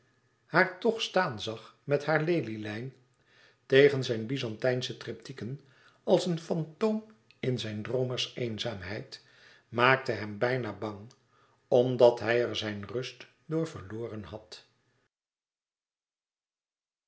haar toch staan zag met haar lelielijn tegen zijn byzantijnsche tryptieken als een fantoom in zijn droomers eenzaamheid maakte hem bijna bang omdat hij er zijn rust door verloren had